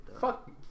Fuck